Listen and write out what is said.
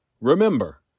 Remember